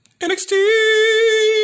NXT